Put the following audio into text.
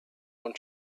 non